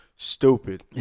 Stupid